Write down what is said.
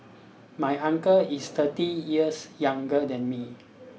my uncle is thirty years younger than me